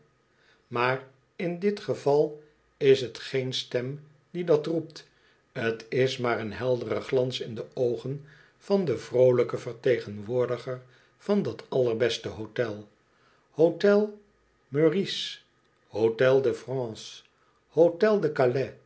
maar in dit eene geval is t geen stem die dat roept fc is maar een heldere glans in de oogen van den vroolijken vertegenwoordiger van dat allerbeste hotel hotel meurice hotel de